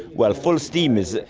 well, full steam is.